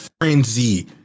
frenzy